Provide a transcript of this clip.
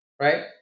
right